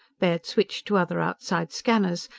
baird switched to other outside scanners.